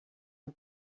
the